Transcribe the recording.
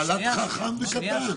חל"ת חכם וקטן.